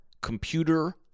Computer